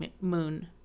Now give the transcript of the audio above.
moon